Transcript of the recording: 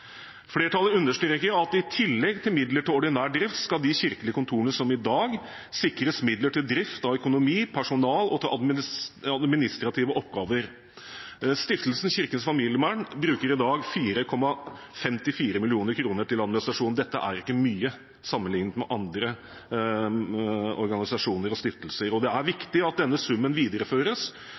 Flertallet understreker at i tillegg til at de sikres midler til ordinær drift, skal de kirkelige kontorene, som i dag, sikres midler til drift, til økonomi, til personal og til administrative oppgaver. Stiftelsen Kirkens Familievern bruker i dag 4,54 mill. kr til administrasjon, og dette er ikke mye, sammenlignet med andre organisasjoner og stiftelser. Det er viktig at denne summen videreføres,